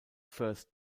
first